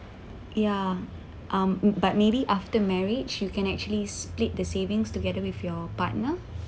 ya um but maybe after marriage you can actually split the savings together with your partner